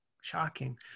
shocking